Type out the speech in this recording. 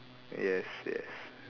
yes yes